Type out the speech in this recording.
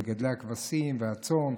מגדלי הכבשים והצאן,